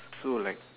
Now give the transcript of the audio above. so like